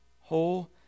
Whole